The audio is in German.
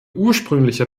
ursprünglicher